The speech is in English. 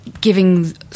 giving